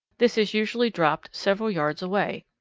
this is usually dropped several yards away.